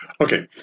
Okay